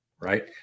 Right